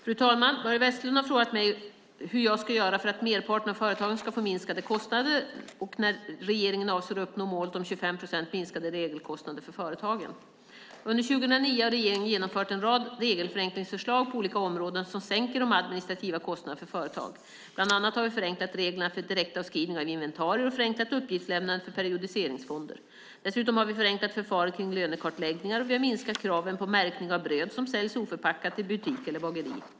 Fru talman! Börje Vestlund har frågat mig hur jag ska göra för att merparten av företagen ska få minskade kostnader och när regeringen avser att uppnå målet om 25 procent minskade regelkostnader för företagen. Under 2009 har regeringen genomfört en rad regelförenklingsförslag på olika områden som sänker de administrativa kostnaderna för företag. Bland annat har vi förenklat reglerna för direktavskrivning av inventarier och förenklat uppgiftslämnandet för periodiseringsfonder. Dessutom har vi förenklat förfarandet kring lönekartläggningar, och vi har minskat kraven på märkning av bröd som säljs oförpackat i butik eller bageri.